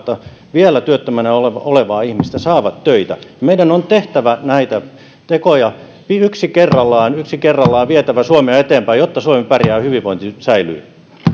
vielä työttömänä olevaa ihmistä saavat töitä meidän on tehtävä näitä tekoja yksi kerrallaan yksi kerrallaan vietävä suomea eteenpäin jotta suomi pärjää ja hyvinvointi säilyy